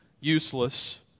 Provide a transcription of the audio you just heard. useless